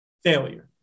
failure